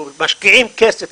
משקיעים כסף,